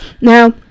Now